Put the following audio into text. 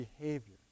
behavior